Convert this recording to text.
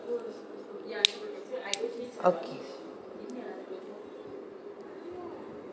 okay